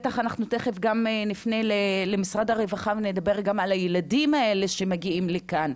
תכף אנחנו גם נפנה למשרד הרווחה ונדבר גם על הילדים האלה שמגיעים לכאן.